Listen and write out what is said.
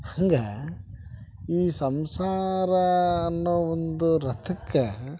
ಹಂಗೆ ಈ ಸಂಸಾರ ಅನ್ನೋ ಒಂದು ರಥಕ್ಕೆ